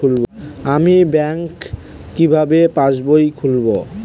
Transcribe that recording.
আমি ব্যাঙ্ক কিভাবে পাশবই খুলব?